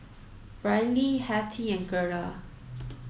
Brylee Hettie and Gerda